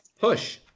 push